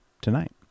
tonight